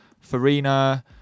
Farina